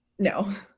no.